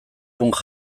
punk